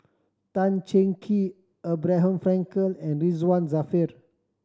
Tan Cheng Kee Abraham Frankel and Ridzwan Dzafir